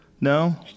no